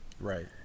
right